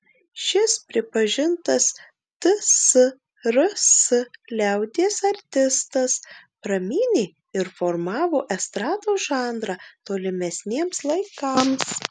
šis pripažintas tsrs liaudies artistas pramynė ir formavo estrados žanrą tolimesniems laikams